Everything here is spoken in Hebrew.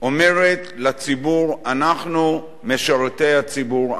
אומרת לציבור: אנחנו משרתי הציבור,